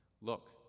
Look